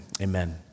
Amen